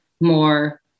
more